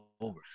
over